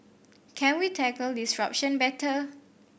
can we tackle disruption better